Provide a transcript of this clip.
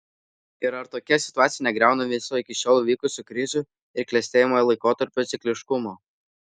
ir ar tokia situacija negriauna viso iki šiol vykusių krizių ir klestėjimo laikotarpių cikliškumo